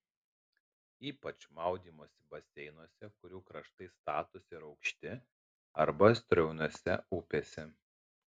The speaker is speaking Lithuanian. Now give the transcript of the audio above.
ypač maudymosi baseinuose kurių kraštai statūs ir aukšti arba srauniose upėse